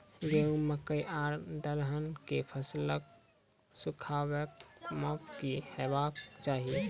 गेहूँ, मकई आर दलहन के फसलक सुखाबैक मापक की हेवाक चाही?